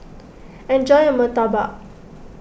enjoy your Murtabak